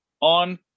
on